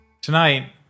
Tonight